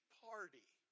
party